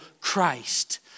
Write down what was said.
Christ